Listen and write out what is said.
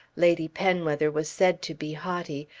lady penwether was said to be haughty,